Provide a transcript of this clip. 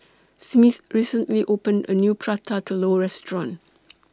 Smith recently opened A New Prata Telur Restaurant